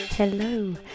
Hello